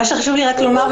מה שחשוב לי רק לומר,